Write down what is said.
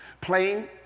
Plain